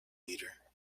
leader